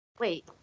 Wait